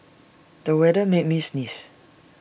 the weather made me sneeze